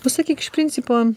tu sakyk iš principo